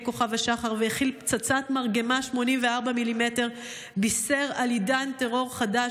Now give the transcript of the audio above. כוכב השחר והכיל פצצת מרגמה 84 מ"מ בישר על עידן טרור חדש,